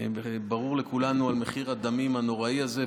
ברור לכולנו מחיר הדמים הנוראי הזה,